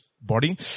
body